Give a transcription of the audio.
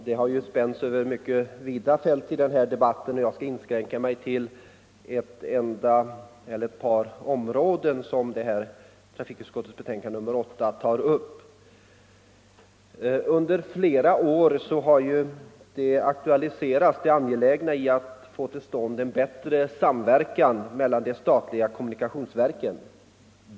Herr talman! Debatten har spänt över vida fält, och jag skall inskränka mig till ett par områden som trafikutskottets betänkande nr 8 tar upp. Under flera år har det angelägna i att få till stånd en bättre samverkan mellan de statliga kommunikationsverken aktualiserats.